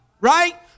right